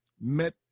met